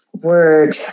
Word